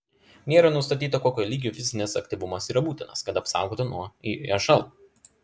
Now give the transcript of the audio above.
nėra nustatyta kokio lygio fizinis aktyvumas yra būtinas kad apsaugotų nuo išl